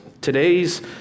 Today's